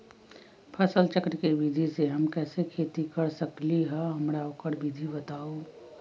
फसल चक्र के विधि से हम कैसे खेती कर सकलि ह हमरा ओकर विधि बताउ?